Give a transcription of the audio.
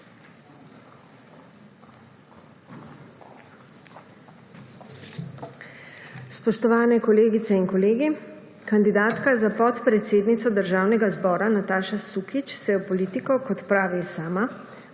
Spoštovane kolegice in kolegi! Kandidatka za podpredsednico Državnega zbora Nataša Sukič se je v politiko, kot pravi sama,